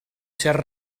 cert